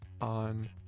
on